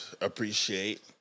appreciate